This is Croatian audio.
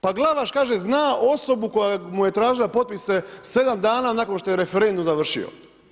Pa Glavaš kaže zna osobu koja mu je tražila potpise 7 dana nakon što je referendum završio.